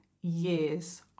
years